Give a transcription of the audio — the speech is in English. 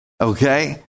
Okay